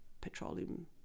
petroleum